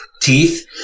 teeth